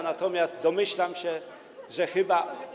Natomiast domyślam się, że chyba.